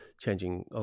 changing